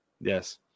Yes